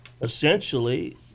essentially